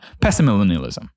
pessimillennialism